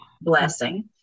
blessing